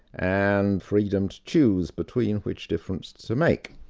and freedom to choose between which difference to make.